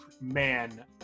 man